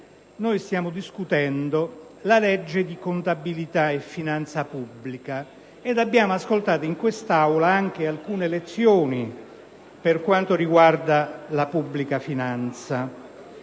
Stiamo discutendo la legge di contabilità e finanza pubblica - ed abbiamo ascoltato in quest'Aula anche alcune lezioni per quanto riguarda la pubblica finanza